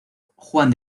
juan